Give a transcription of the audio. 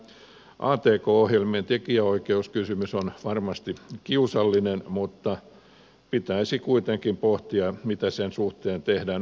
tämä atk ohjelmien tekijänoikeuskysymys on varmasti kiusallinen mutta pitäisi kuitenkin pohtia mitä sen suhteen tehdään